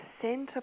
center